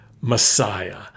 Messiah